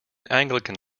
anglican